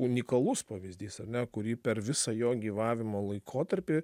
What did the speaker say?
unikalus pavyzdys ar ne kurį per visą jo gyvavimo laikotarpį